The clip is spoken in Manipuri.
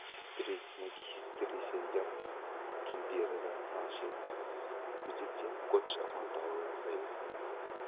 ꯍꯤꯁꯇꯔꯤ ꯃꯣꯏꯒꯤ ꯍꯤꯁꯇꯔꯤꯁꯦ ꯌꯥꯝ ꯊꯝꯕꯤꯔꯒ ꯃꯥꯁꯦ ꯍꯧꯖꯤꯛꯁꯦ ꯀꯣꯁ ꯑꯃ ꯇꯧꯔ ꯂꯩꯌꯦ